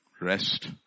Rest